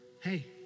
Hey